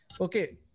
okay